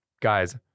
Guys